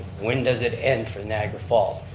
when does it end for niagara falls?